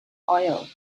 oil